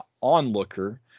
onlooker